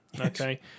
Okay